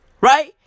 Right